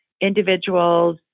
individuals